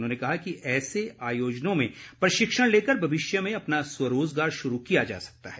उन्होंने कहा कि ऐसे आयोजनों में प्रशिक्षण लेकर भविष्य में अपना स्वरोजगार शुरू किया जा सकता है